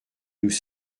nous